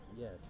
Yes